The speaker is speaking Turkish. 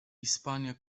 i̇spanya